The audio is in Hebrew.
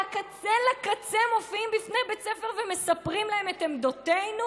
מהקצה לקצה מופיעים בפני בית הספר ומספרים את עמדותינו.